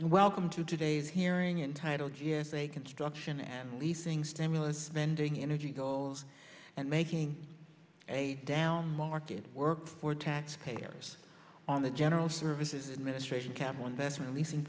and welcome to today's hearing entitled yes a construction and leasing stimulus spending energy goals and making a down market work for taxpayers on the general services administration capital investment leasing